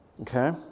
Okay